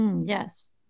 Yes